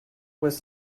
was